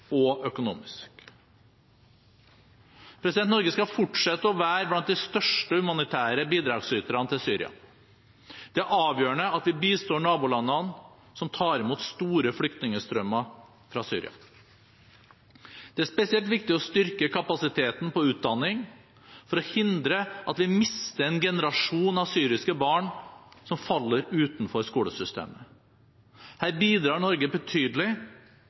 og økonomisk. Norge skal fortsette å være blant de største humanitære bidragsyterne til Syria. Det er avgjørende at vi bistår nabolandene som tar imot store flyktningstrømmer fra Syria. Det er spesielt viktig å styrke kapasiteten på utdanning for å hindre at vi mister en generasjon av syriske barn som faller utenfor skolesystemet. Her bidrar Norge betydelig,